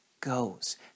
goes